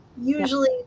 usually